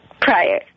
prior